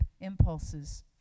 impulses